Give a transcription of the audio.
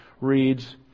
reads